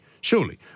Surely